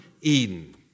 Eden